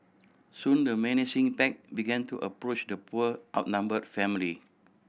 soon the menacing pack began to approach the poor outnumbered family